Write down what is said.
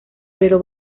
pero